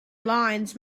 lines